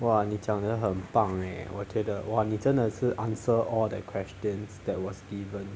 哇你讲的很棒诶我觉得哇你真的是 answer all the questions that was given